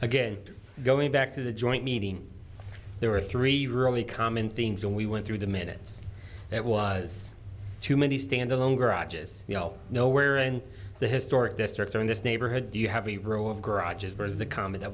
again going back to the joint meeting there were three really common things and we went through the minutes it was too many standalone garages you know nowhere in the historic district or in this neighborhood do you have a row of garages there is the comment that